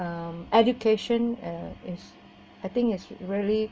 um education uh is I think is really